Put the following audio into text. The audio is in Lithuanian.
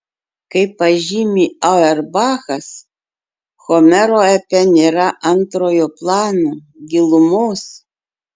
kaip pažymi auerbachas homero epe nėra antrojo plano gilumos